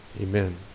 Amen